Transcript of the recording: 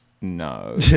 No